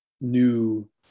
new